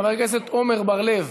חבר הכנסת עמר בר-לב.